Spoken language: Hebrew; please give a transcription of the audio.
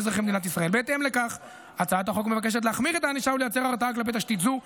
גובר האיום הנשקף מאוכלוסיית השב"חים,